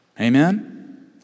Amen